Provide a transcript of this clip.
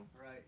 Right